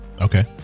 Okay